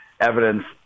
evidence